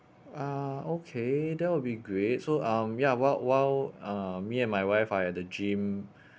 ah okay that will be great so um ya while while um me and my wife are at the gym